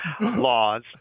laws